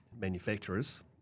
manufacturers